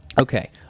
Okay